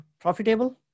profitable